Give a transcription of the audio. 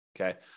Okay